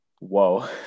whoa